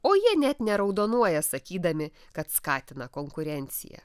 o jie net neraudonuoja sakydami kad skatina konkurenciją